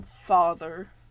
father